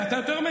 אתה רוצה?